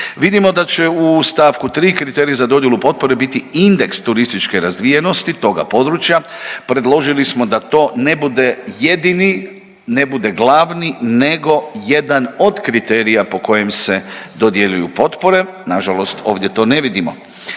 Vidimo da će u st. 3., kriterij za dodjelu potpore biti indeks turističke razvijenosti toga područja. Predložili smo da to ne bude jedini, ne bude glavni, nego jedan od kriterija po kojem se dodjeljuju potpore, nažalost ovdje to ne vidimo.